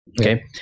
Okay